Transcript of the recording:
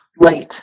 late